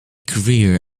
career